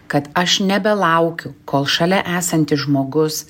kad aš nebelaukiu kol šalia esantis žmogus